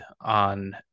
on